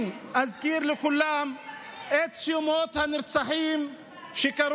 ואני אזכיר לכולם את שמות הנרצחים שהיו.